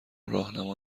راهنما